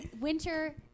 winter